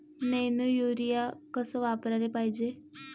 Nano urea कस वापराले पायजे?